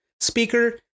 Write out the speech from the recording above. speaker